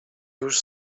już